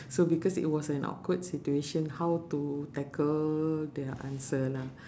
so because it was an awkward situation how to tackle their answer lah